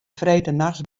freedtenachts